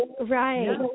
right